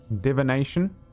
divination